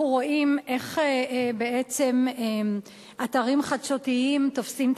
אנחנו רואים איך בעצם אתרים חדשותיים תופסים את